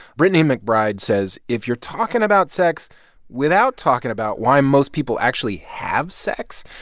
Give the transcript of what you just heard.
brittany mcbride says if you're talking about sex without talking about why most people actually have sex,